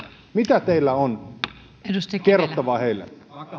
mitä kerrottavaa teillä on heille puhemies